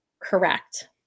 Correct